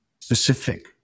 specific